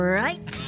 right